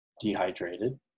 dehydrated